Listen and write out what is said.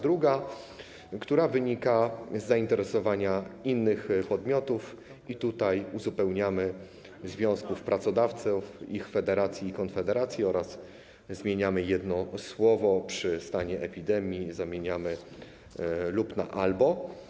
Druga, która wynika z zainteresowania innych podmiotów - tutaj uzupełniamy - związków pracodawców, ich federacji i konfederacji, oraz zmieniamy jedno słowo, przy stanie epidemii zamieniamy „lub” na „albo”